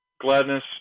gladness